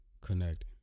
connect